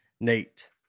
Nate